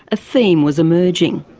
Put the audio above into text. a theme was emerging.